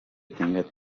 tenga